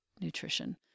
nutrition